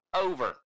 over